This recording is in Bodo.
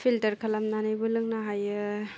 फिल्टार खालामनानैबो लोंनो हायो